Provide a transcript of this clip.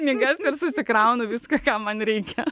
ligas ir susikraunu viską ką man reikia